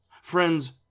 Friends